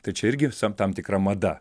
tai čia irgi visa tam tikra mada